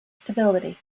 stability